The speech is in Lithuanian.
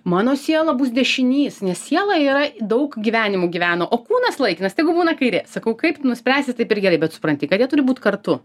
mano siela bus dešinys nes siela yra daug gyvenimų gyveno o kūnas laikinas tegu būna kairė sakau kaip tu nuspręsi taip ir gerai bet supranti kad jie turi būt kartu